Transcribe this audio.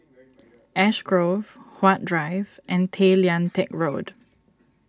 Ash Grove Huat Drive and Tay Lian Teck Road